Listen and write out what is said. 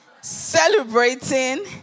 celebrating